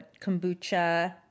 kombucha